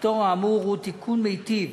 הפטור האמור הוא תיקון מיטיב,